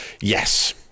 yes